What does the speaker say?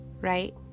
right